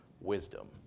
wisdom